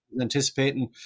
anticipating